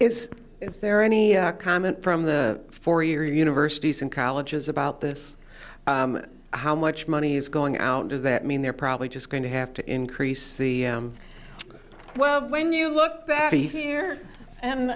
is there any comment from the four year universities and colleges about this how much money is going out does that mean they're probably just going to have to increase the well when you look back here and